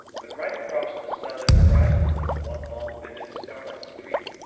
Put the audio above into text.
but right across the southern horizon was one long vivid scarlet streak,